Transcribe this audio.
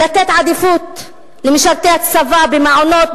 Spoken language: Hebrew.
לתת עדיפות למשרתי הצבא במעונות,